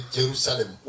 Jerusalem